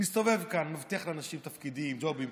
מסתובב כאן, מבטיח לאנשים תפקידים, ג'ובים.